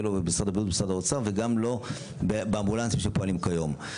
לא במשרד הבריאות ומשרד האוצר וגם לא באמבולנסים שפועלים כיום.